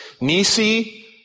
Nisi